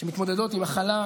שמתמודדות עם מחלה קשה,